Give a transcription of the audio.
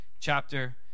chapter